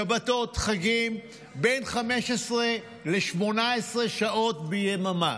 שבתות, חגים, בין 15 ל-18 שעות ביממה.